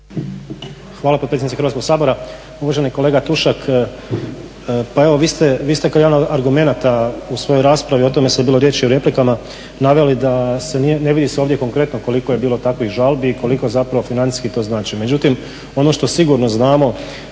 Hvala potpredsjednice Hrvatskog sabora. Uvaženi kolega Tušak pa evo vi ste kao jedan od argumenata u svojoj raspravi, o tome je sad bilo riječi u replikama, naveli da se ne vidi ovdje konkretno koliko je bilo takvih žalbi i koliko zapravo financijski to znači. Međutim, ono što sigurno znamo